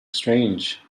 strange